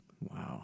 Wow